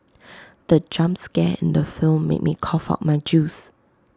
the jump scare in the film made me cough out my juice